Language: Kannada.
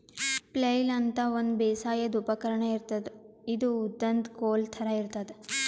ಫ್ಲೆಯ್ಲ್ ಅಂತಾ ಒಂದ್ ಬೇಸಾಯದ್ ಉಪಕರ್ಣ್ ಇರ್ತದ್ ಇದು ಉದ್ದನ್ದ್ ಕೋಲ್ ಥರಾ ಇರ್ತದ್